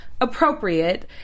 appropriate